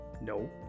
No